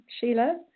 Sheila